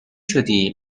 شدی